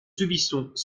subissons